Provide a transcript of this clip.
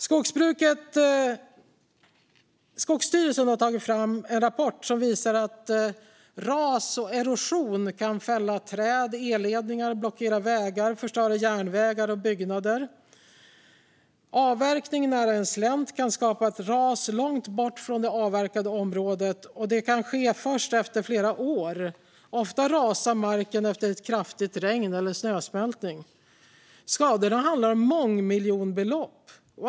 Skogsstyrelsen har tagit fram en rapport som visar att ras och erosion kan fälla träd och elledningar, blockera vägar och förstöra järnvägar och byggnader. Avverkning nära en slänt kan skapa ett ras långt bort från det avverkade området, och det kan ske först efter flera år. Ofta rasar marken efter ett kraftigt regn eller snösmältning. Det handlar om skador för mångmiljonbelopp.